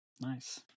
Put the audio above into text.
nice